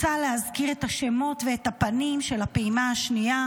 אני רוצה להזכיר את השמות ואת הפנים של הפעימה השנייה.